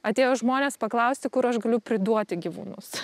atėjo žmonės paklausti kur aš galiu priduoti gyvūnus